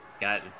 Got